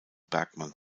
bergmann